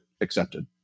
accepted